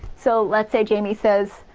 so let's say jamie says,